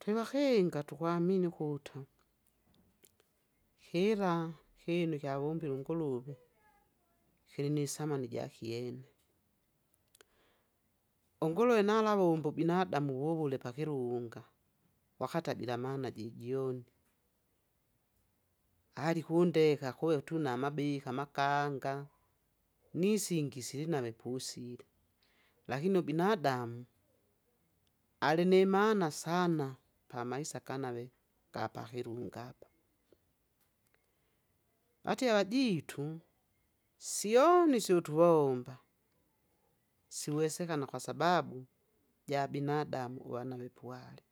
Twevahenga tuhwamini huta, hira hinu shawumbilu nguluwi, hili ni samani ja hyene, unguluwi nalawumbu binadamu wuwule pakiluwunga, wakati ajila maana jijoni, ali hundeha huve tu na mabihi, amaganga, ni singi sili nave pusile. Lakini ubinadamu, ali ni maana sana, pa maisa ganave, gapahilungapa. Ati ya vajitu, siyoni sutuvomba, siwesekana kwa sababu, ja binadamu wanawipuwale.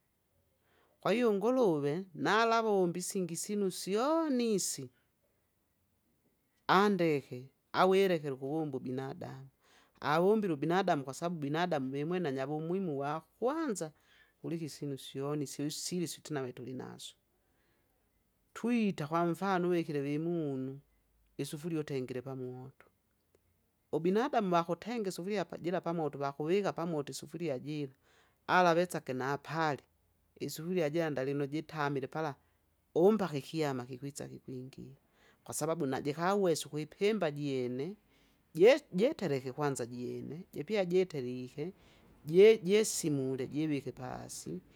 Kwaiyo unguluvi, nalawumbi singi sinu syoni si, andehe, awirehele kuwumbu binadamu. awumbilu binadamu kwa sabu binadamu vemwena nya muhimu wahwanza, hulihi sinu syoni sihusili sutinave tulinaso, twita hwa mfano uvehire ve munu, isufuli utengile pa moto, ubinadamu va hutengi sufulia pa- jila pa moto vakuviha pa moto sufulia jila, alavetsage na pali, isufulia jila ndali no jitamile pala umbahi kyama hiwitsa vipingi. Kwasababu na jiha uwesu hwipimba jene, jeterehe hwanza jene, jepiya jiterihe, jesimule jivike pasi.